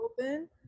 open